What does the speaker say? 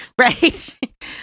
right